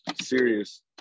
serious